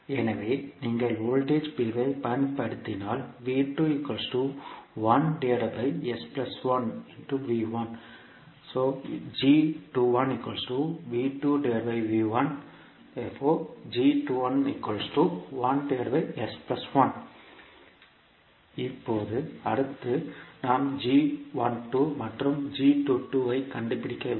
எனவே நீங்கள் வோல்டேஜ் பிரிவைப் பயன்படுத்தினால் நாம் மற்றும் ஐ கண்டுபிடிக்க வேண்டும்